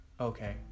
okay